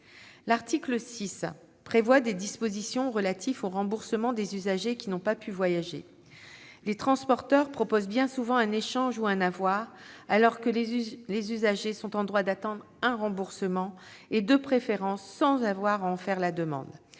L'article 6 prévoit des dispositions relatives au remboursement des usagers qui n'ont pas pu voyager. Les transporteurs proposent bien souvent un échange ou un avoir, alors que les usagers sont en droit d'attendre un remboursement, de préférence sans avoir à en faire la demande.